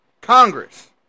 Congress